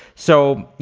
so,